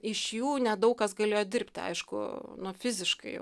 iš jų nedaug kas galėjo dirbti aišku nu fiziškai jau